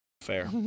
Fair